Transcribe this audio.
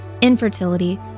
infertility